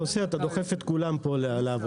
עושה זה שאתה דוחף את כולם פה לעבודה.